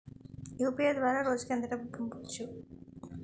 UPI ద్వారా రోజుకి ఎంత డబ్బు పంపవచ్చు?